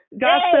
God